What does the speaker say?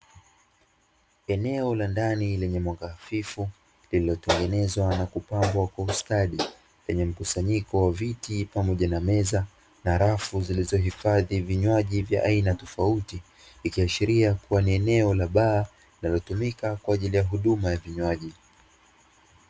Eneo la ndani lenye mwanga hafifu lililotengenezwa na kupambwa kwa ustadi, lenye mkusanyiko wa viti pamoja na meza, na rafu zilizohifadhi vinywaji vya aina tofauti, ikiashiria kuwa ni eneo la baa linalotumika kwa ajili ya huduma ya vinywaji.